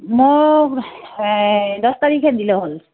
মোক দহ তাৰিখে দিলে হ'ল